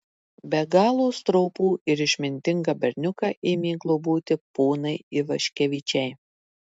be galo stropų ir išmintingą berniuką ėmė globoti ponai ivaškevičiai